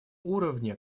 уровне